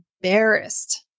embarrassed